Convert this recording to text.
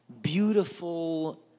beautiful